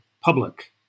public